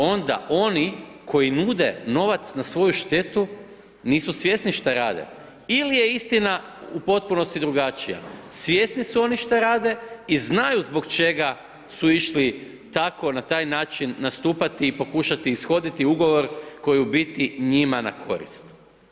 Onda oni koji nude novac na svoju štetu, nisu svjesni šta rade ili je istina u potpunosti drugačija, svjesni su oni šta rade i znaju zbog čega su išli tako na taj način nastupati i pokušati ishoditi ugovor koji je u biti njima na korist.